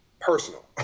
personal